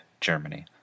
Germany